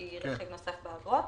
שהיא רכיב נוסף באגרות.